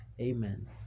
Amen